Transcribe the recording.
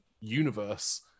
universe